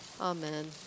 Amen